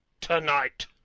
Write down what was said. tonight